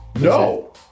No